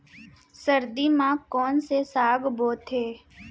सर्दी मा कोन से साग बोथे?